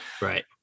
Right